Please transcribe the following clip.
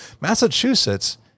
Massachusetts